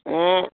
ஆ